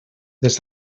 des